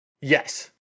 Yes